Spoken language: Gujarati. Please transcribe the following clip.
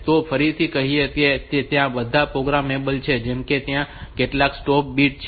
તો ફરીથી કહીએ તો ત્યાં આ બધા પ્રોગ્રામેબલ છે જેમ કે ત્યાં કેટલા સ્ટોપ બિટ્સ છે